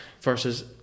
versus